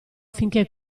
affinché